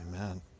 Amen